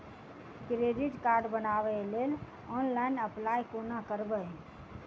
Credit card बनाबै लेल online apply कोना करबै?